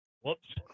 whoops